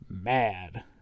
mad